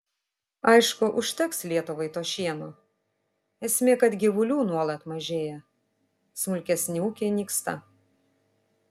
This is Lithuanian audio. aišku užteks lietuvai to šieno esmė kad gyvulių nuolat mažėja smulkesni ūkiai nyksta